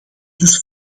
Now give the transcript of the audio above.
dus